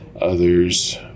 Others